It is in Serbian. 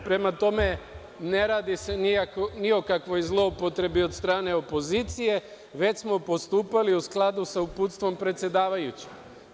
Prema tome, ne radi se ni o kakvoj zloupotrebi od strane opozicije, već smo postupali u skladu sa uputstvom predsedavajuće.